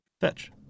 Fetch